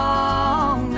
Long